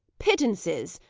pittances,